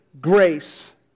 grace